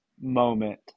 moment